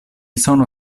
sono